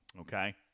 Okay